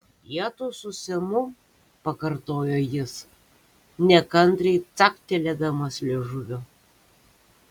pietūs su semu pakartojo jis nekantriai caktelėdamas liežuviu